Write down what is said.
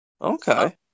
okay